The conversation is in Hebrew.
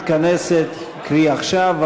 קרי עכשיו,